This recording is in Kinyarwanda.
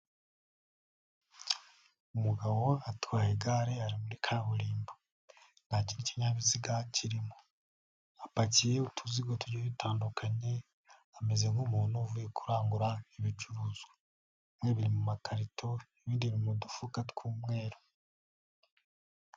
Umugabo atwaye igare ari muri kaburimbo nta kindi kinyabiziga kirimo, apakiye utuzigo tugiye dutandukanye, ameze nk'umuntu uvuye kurangura ibicuruzwa, bimwe biri mu makarito, ibindi biri mu dufuka tw'umweru.